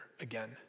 again